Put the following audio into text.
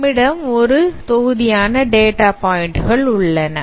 நம்மிடம் ஒரு தொகுதியான டேட்டா பாயிண்ட்கள் உள்ளன